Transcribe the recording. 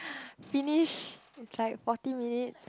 finish like forty minutes